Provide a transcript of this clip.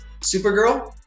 Supergirl